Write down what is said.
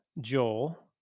Joel